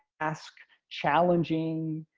ask challenging